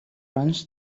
runs